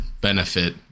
benefit